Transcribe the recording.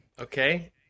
Okay